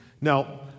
Now